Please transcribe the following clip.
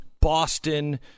Boston